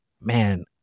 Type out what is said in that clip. man